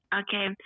Okay